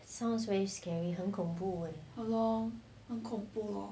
sounds very scary 很恐怖